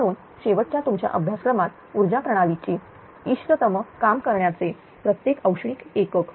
म्हणून शेवटच्या तुमच्या अभ्यासक्रमात ऊर्जा प्रणालीची इष्टतम काम करण्याचे प्रत्येक औष्णिक एकक